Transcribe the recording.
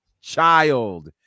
child